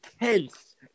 intense